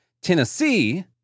Tennessee